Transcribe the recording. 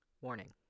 Warning